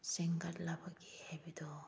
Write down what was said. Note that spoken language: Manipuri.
ꯁꯦꯝꯒꯠꯂꯕꯒꯦ ꯍꯥꯏꯕꯗꯨ